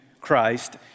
Christ